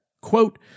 quote